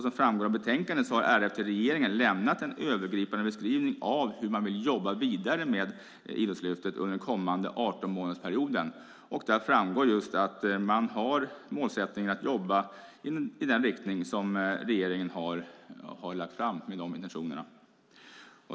Som framgår av betänkandet har RF till regeringen lämnat en övergripande beskrivning av hur man vill arbeta vidare med Idrottslyftet under den kommande 18-månadersperioden. Där framgår att man har målsättningen att arbeta i den riktning som regeringen föreslagit, med de intentionerna.